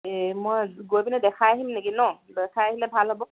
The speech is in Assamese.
এ মই গৈ পিনে দেখাই আহিম নেকি ন দেখাই আহিলে ভাল হ'ব